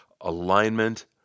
Alignment